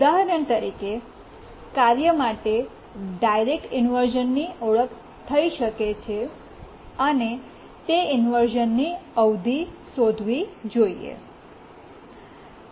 ઉદાહરણ તરીકે કાર્ય માટે ડાયરેક્ટ ઇન્વર્શ઼નની ઓળખ થઈ શકે છે અને તે ઇન્વર્શ઼નની અવધિ શોધીવી જોઈએ